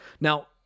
Now